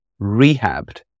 rehabbed